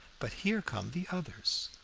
but here come the others!